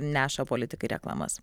neša politikai reklamas